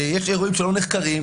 כשיש אירועים שלא נחקרים,